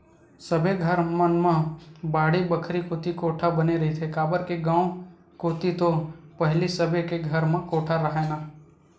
सबे घर मन म बाड़ी बखरी कोती कोठा बने रहिथे, काबर के गाँव कोती तो पहिली सबे के घर म कोठा राहय ना